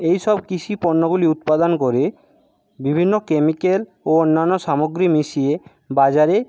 এই সব কৃষিপণ্যগুলি উৎপাদন করে বিভিন্ন কেমিকেল ও অন্যান্য সামগ্রী মিশিয়ে বাজারে